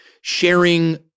sharing